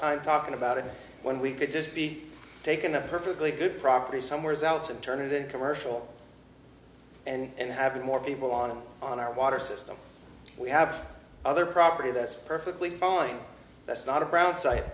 time talking about it when we could just be taken a perfectly good property somewheres out and turn it in commercial and having more people on on our water system we have other property that's perfectly fine that's not a brown site